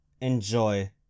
enjoy